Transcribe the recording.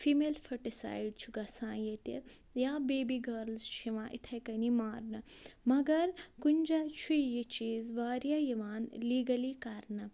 female foeticide چھُ گژھان ییٚتہِ یا بیبی گٔرلٕز چھِ یِوان یِتھَے کٔنی مارنہٕ مگر کُنہِ جایہِ چھُ یہِ چیٖز واریاہ یِوان لیٖگٔلی کرنہٕ